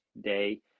day